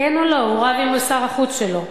כן או לא, הוא רב עם שר החוץ שלו.